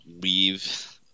leave